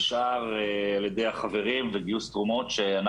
והשאר על ידי החברים וגיוס תרומות,